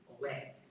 away